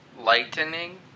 Lightning